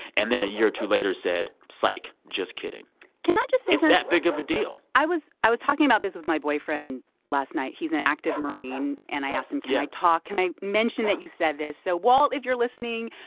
and then a year or two later said, psyche, just kidding can i just say. it's that big of a deal i was i was talking about this with my boyfriend last night. he's an active marine. and i asked him, can i talk can i mention that you said this? so, walt, if you're listening,